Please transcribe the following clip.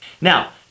now